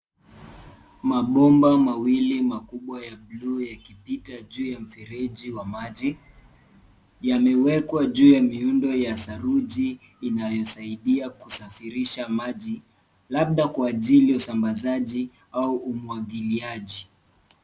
Mabomba mawili makubwa ya blue yakipita juu ya mfereji wa maji yamewekwa juu ya miundo ya saruji inayosaidia kusafirisha maji labda kwa ajili ya usambazaji au umwagiliaji.